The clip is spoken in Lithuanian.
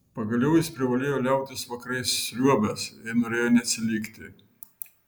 pagaliau jis privalėjo liautis vakarais sriuobęs jei norėjo neatsilikti